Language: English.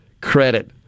credit